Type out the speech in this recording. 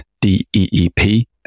D-E-E-P